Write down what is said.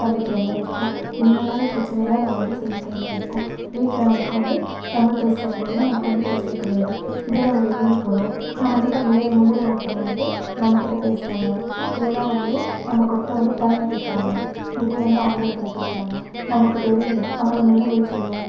சந்திக்கிறமாதிரி இருக்கும் இந்தமாரி பிரச்சனையெல்லாம் நம்ம வந்து சந்திக்கிறமாரி இருக்கும் வீட்டில நமக்கு வந்து தமில் பேசுகிறவங்க மூலயமா நமக்கு வந்து பிரச்சனை கிடையாது இதே நம்ம வெளியில போகிறோம் நம்மக்கிட்ட வேற மொழியில ஒருத்தவங்கள் வந்து நம்மக்கிட்ட பேசுகிறாங்க இல்லைன்னா வந்து நம்மக்கிட்ட வந்து டைம் கேட்குறாங்க இதே வந்து ஆங்கிலத்தில் கேட்குறாங்க நமக்கு தெரியலை அங்கே நம்ம என்ன பதில் சொல்லுவோம்